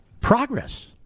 progress